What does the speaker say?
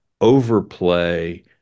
overplay